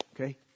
Okay